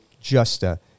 justa